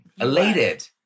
Elated